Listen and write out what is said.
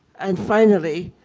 and, finally,